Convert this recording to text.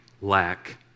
lack